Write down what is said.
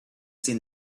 seen